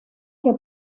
que